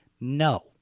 No